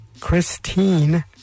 Christine